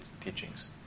teachings